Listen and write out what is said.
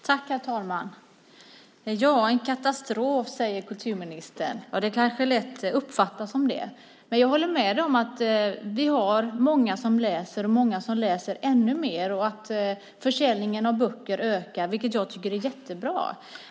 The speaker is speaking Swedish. Herr talman! Kulturministern använde ordet katastrof. Ja, det kanske lätt uppfattas som det. Jag håller med om att vi har många som läser och många som läser mer. Försäljningen av böcker ökar, vilket jag tycker är jättebra.